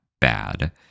bad